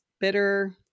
bitter